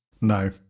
No